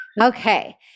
Okay